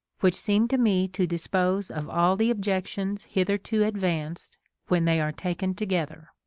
which seem to me to dispose of all the ob jections hitherto advanced when they are taken together!